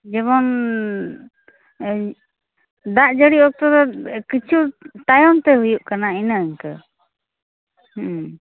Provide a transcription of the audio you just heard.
ᱡᱮᱢᱚᱱ ᱫᱟᱜ ᱡᱟ ᱲᱤ ᱚᱠᱛᱚ ᱫᱚ ᱠᱤᱪᱷᱩ ᱛᱟᱭᱚᱢ ᱛᱮ ᱦᱩᱭᱩᱜ ᱠᱟᱱᱟ ᱤᱱᱟ ᱤᱝᱠᱟ ᱦᱩᱸᱼᱩᱸ